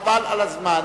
חבל על הזמן.